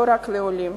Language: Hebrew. לא רק כלפי העולים.